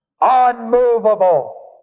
unmovable